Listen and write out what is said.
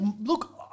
Look-